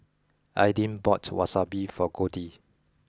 Aidyn bought Wasabi for Goldie